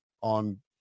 on